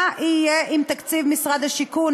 מה יהיה עם תקציב משרד השיכון,